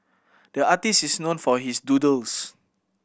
the artist is known for his doodles